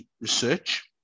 research